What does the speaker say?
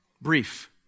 brief